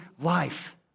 life